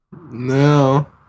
No